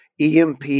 EMP